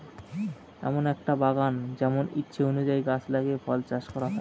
এমন একটা বাগান যেমন ইচ্ছে অনুযায়ী গাছ লাগিয়ে ফল চাষ করা হয়